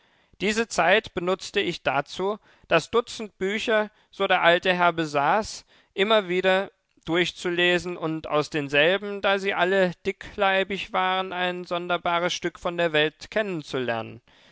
diese zeit benutzte ich dazu das dutzend bücher so der alte herr besaß immer wieder durchzulesen und aus denselben da sie alle dickleibig waren ein sonderbares stück von der welt kennenzulernen